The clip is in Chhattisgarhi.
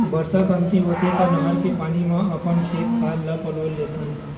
बरसा कमती होथे त नहर के पानी म अपन खेत खार ल पलो लेथन